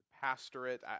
pastorate